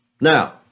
Now